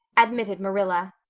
admitted marilla.